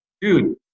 dude